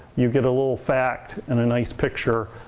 you get a little fact and a nice picture.